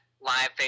Live